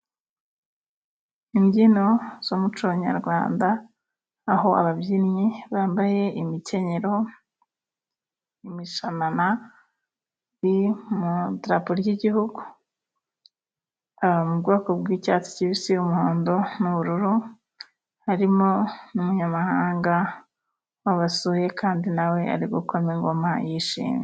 Imbyino z'umuco nyarwanda, aho ababyinnyi bambaye imikenyero, imishanana, biri mu darapo ry'igihugu, mu bwoko bw'icyatsi kibisi, umuhondo n'ubururu. Harimo n'umunyamahanga wabasuye kandi na we ari gukoma ingoma yishimye.